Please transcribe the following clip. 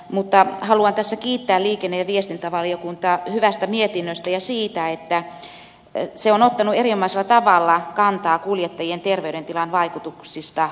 mutta haluan tässä kiittää liikenne ja viestintävaliokuntaa hyvästä mietinnöstä ja siitä että se on ottanut erinomaisella tavalla kantaa kuljettajien terveydentilan vaikutuksiin liikenneturvallisuuteen